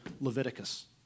Leviticus